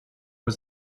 was